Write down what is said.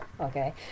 okay